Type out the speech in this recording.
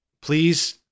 Please